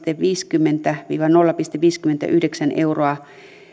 viisikymmentä viiva nolla pilkku viisikymmentäyhdeksän euroa